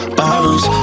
bottles